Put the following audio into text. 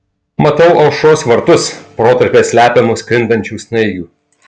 matau aušros vartus protarpiais slepiamus krintančių snaigių